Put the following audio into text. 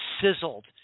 sizzled